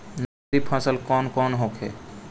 नकदी फसल कौन कौनहोखे?